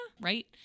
right